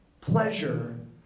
pleasure